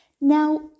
Now